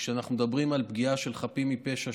שכשאנחנו מדברים על פגיעה של חפים מפשע,